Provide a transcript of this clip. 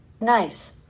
Nice